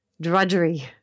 drudgery